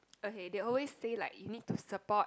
okay they always say like you need to support